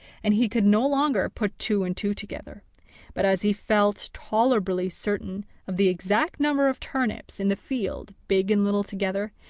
and he could no longer put two and two together but as he felt tolerably certain of the exact number of turnips in the field, big and little together,